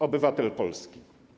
Obywatel Polski.